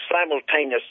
simultaneous